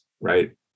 right